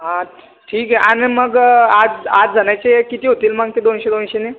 हा ठीक आहे आणि मग आठ आठ जणाचे किती होतील मग ते दोनशे दोनशेने